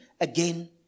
again